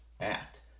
Act